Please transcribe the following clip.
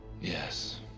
Yes